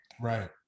Right